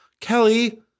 Kelly